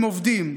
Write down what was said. הם עובדים.